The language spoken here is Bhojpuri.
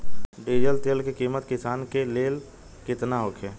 डीजल तेल के किमत किसान के लेल केतना होखे?